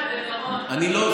אני לא,